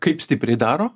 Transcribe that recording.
kaip stipriai daro